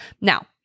Now